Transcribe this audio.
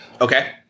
Okay